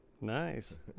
Nice